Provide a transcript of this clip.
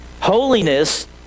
Holiness